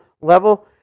level